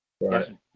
Right